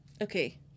okay